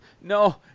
no